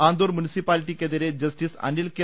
ആന്തൂർ മുനിസിപ്പാലിറ്റിക്കെതിരെ justice Anil K